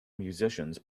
musicians